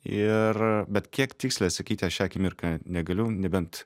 ir bet kiek tiksliai atsakyti aš šią akimirką negaliu nebent